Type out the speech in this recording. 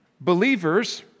believers